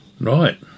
Right